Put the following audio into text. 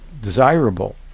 desirable